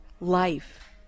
life